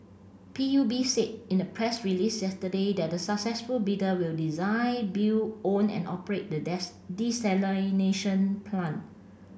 P U B said in a press release yesterday that the successful bidder will design build own and operate the desalination plant